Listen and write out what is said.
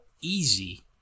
easy